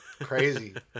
crazy